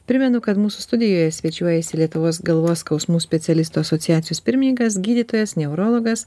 primenu kad mūsų studijoje svečiuojasi lietuvos galvos skausmų specialistų asociacijos pirmininkas gydytojas neurologas